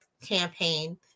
campaign